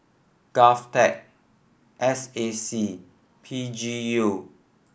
GovTech S A C P G U